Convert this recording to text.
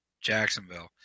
Jacksonville